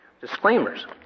disclaimers